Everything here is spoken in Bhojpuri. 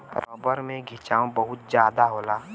रबर में खिंचाव बहुत जादा होला